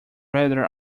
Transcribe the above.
rather